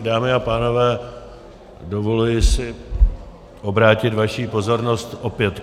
Dámy a pánové, dovoluji si obrátit vaši pozornost opět k pivu.